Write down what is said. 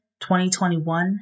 2021